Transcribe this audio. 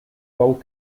both